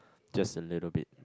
just a little bit